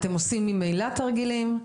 אתם עושים ממילא תרגילים,